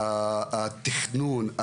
התכנון,